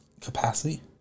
capacity